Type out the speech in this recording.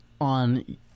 on